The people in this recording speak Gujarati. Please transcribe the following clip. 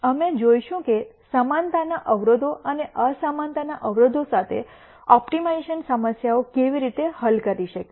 અમે જોશું કે સમાનતાના અવરોધો અને અસમાનતાના અવરોધો સાથે ઓપ્ટિમાઇઝેશન સમસ્યાઓ કેવી રીતે હલ કરી શકીએ